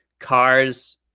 cars